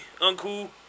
Uncle